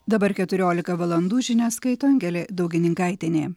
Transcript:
dabar keturiolika valandų žinias skaito angelė daugininkaitienė